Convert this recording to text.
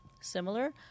similar